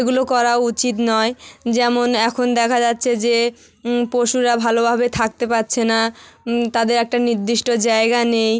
এগুলো করা উচিত নয় যেমন এখন দেখা যাচ্ছে যে পশুরা ভালোভাবে থাকতে পারছে না তাদের একটা নির্দিষ্ট জায়গা নেই